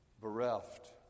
bereft